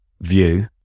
view